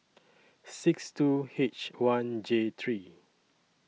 six two H one J three